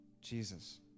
Jesus